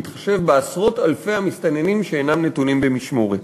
בהתחשב בעשרות-אלפי המסתננים שאינם נתונים במשמורת".